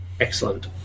Excellent